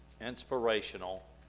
inspirational